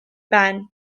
ben